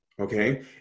okay